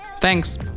Thanks